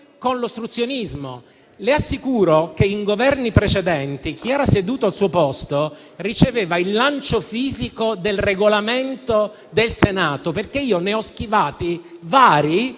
Le assicuro che, in Governi precedenti, chi era seduto al suo posto riceveva il lancio fisico del Regolamento del Senato. Io ne ho schivati vari,